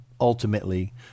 ultimately